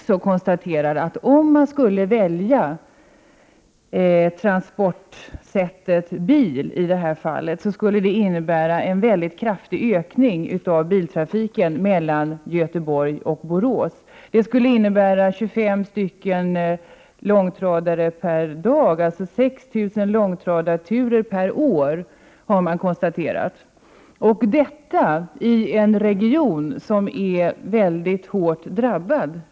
Statsanställdas förbund konstaterar dessutom att det skulle innebära en mycket kraftig ökning av biltrafiken mellan Göteborg och Borås om man skulle välja transportsättet bil i detta fall. Det skulle innebära 25 långtradare per dag, dvs. 6 000 långtradarturer per år, och detta i en region som redan är mycket hårt drabbad.